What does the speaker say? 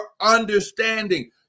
understanding